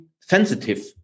sensitive